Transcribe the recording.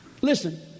Listen